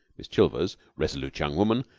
miss chilvers, resolute young woman,